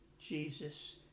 Jesus